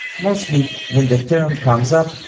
mostly, when the term comes up,